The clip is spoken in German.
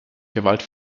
gewalt